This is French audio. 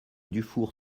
dufour